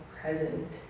Present